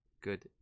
Good